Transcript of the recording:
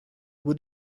what